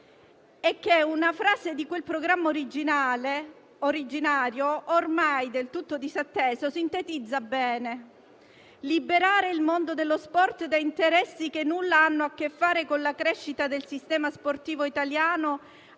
e che una frase di quel programma originario, ormai del tutto disatteso, sintetizza bene: «liberare il mondo dello sport da interessi che nulla hanno a che fare con la crescita del sistema sportivo italiano,